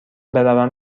بروم